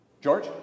George